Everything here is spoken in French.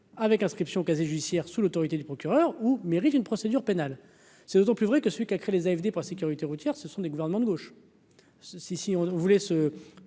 avec inscription au casier judiciaire sous l'autorité du procureur ou une procédure pénale, c'est d'autant plus vrai que celui qui a crée les AFD par sécurité routière ce sont des gouvernements de gauche. Si, si vous